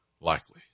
Likely